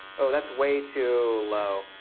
oh, that's way too low.